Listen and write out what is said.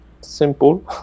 Simple